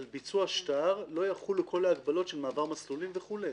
על ביצוע שטר לא יחולו כל ההגבלות של מעבר מסלולים וכולי.